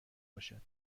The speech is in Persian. باشد